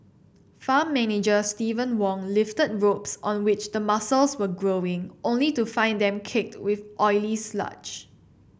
farm manager Steven Wong lifted ropes on which the mussels were growing only to find them caked with oily sludge